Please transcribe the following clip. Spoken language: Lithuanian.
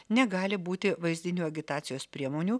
negali būti vaizdinių agitacijos priemonių